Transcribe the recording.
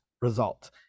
result